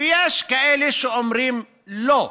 ויש כאלה שאומרים "לא".